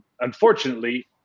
unfortunately